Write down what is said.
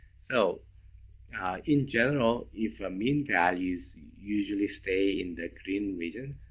so in general if ah mean values usually stay in the green region,